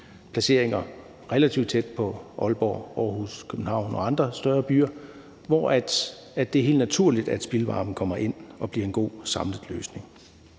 placeringer relativt tæt på Aalborg, Aarhus, København og andre større byer, hvor det er helt naturligt, at spildvarme kommer ind og bliver en god samlet løsning.